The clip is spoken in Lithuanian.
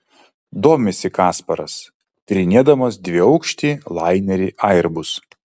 domisi kasparas tyrinėdamas dviaukštį lainerį airbus